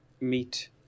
meet